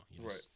Right